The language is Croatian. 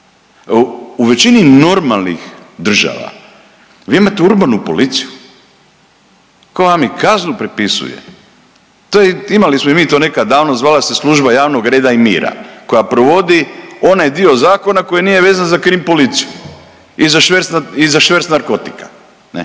U većini normalnih država vi imate urbanu policiju koja vam i kaznu pripisuje. To je, imali smo i mi to nekada davno zvala se služba javnog reda i mira koja provodi onaj dio zakona koji nije vezan za krim policiju i za šverc, i za